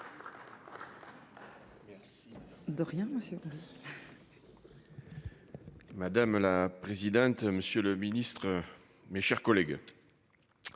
Madame la présidente, monsieur le ministre, mes chers collègues,